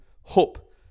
hope